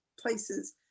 places